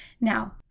now